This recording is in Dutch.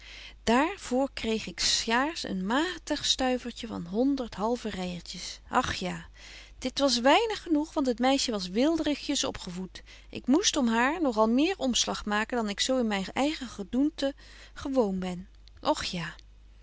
daar voor kreeg ik s jaars een matig stuivertje van honderd halve ryërtjes och ja dit was weinig betje wolff en aagje deken historie van mejuffrouw sara burgerhart genoeg want het meisje was weelderigjes opgevoet ik moest om haar nog al meer omslag maken dan ik zo in myn eigen gedoente gewoon ben och ja